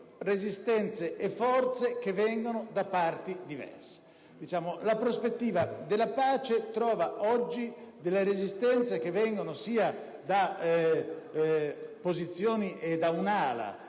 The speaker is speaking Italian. resistenze e forze che vengono da parti diverse. La prospettiva della pace trova oggi delle resistenze che vengono sia da un'ala